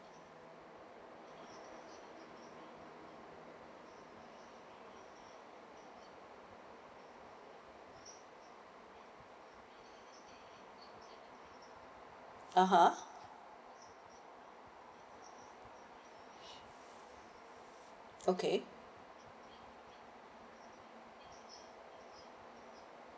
ah ha okay